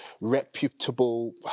reputable